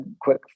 quick